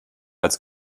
als